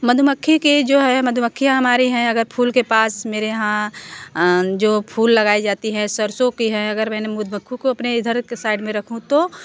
मधुमक्खी के जो है मधुमक्खियाँ हमारी हैं अगर फूल के पास मेरे यहाँ जो फूल लगाया जाता है सरसों का है अगर मैंने मधुमक्खियों को अपने इधर के साइड में रखूँ तो